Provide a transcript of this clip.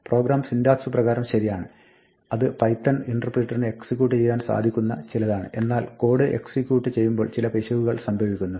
programme syntax പ്രകാരം ശരിയാണ് അത് പൈത്തൺ ഇന്റർപ്രീറ്ററിന് എക്സിക്യൂട്ട് ചെയ്യുവാൻ സാധിക്കുന്ന ചിലതാണ് എന്നാൽ കോഡ് എക്സിക്യൂട്ട് ചെയ്യുമ്പോൾ ചില പിശകുകൾ സംഭവിക്കുന്നു